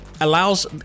allows